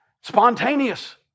Spontaneous